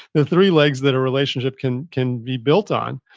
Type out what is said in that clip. the three legs that a relationship can can be built on.